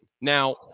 Now